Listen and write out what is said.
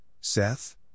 Seth